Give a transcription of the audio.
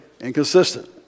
inconsistent